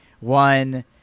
one